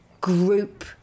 group